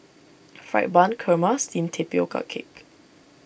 Fried Bun Kurma Steamed Tapioca Cake